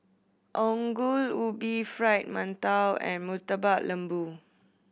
Ongol Ubi Fried Mantou and Murtabak Lembu